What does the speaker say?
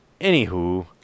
anywho